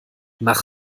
nach